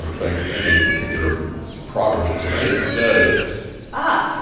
think any particular progress was made today ah,